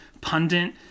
pundit